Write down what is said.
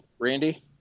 Randy